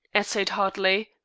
essayed hartley,